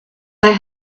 they